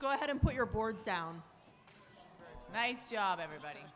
go ahead and put your boards down nice job everybody